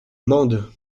mende